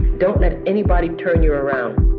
don't let anybody turn you around.